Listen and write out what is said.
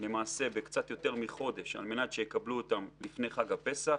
בקצת יותר מחודש על מנת שיקבלו אותם לפני חג הפסח.